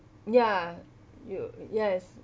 ya you yes